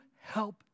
help